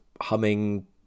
humming